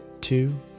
two